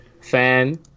fan